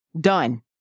Done